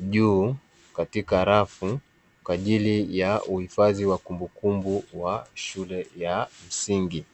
juu katika rafu kwa ajili ya uhifadhi wa kumbukumbu wa shule ya msingi.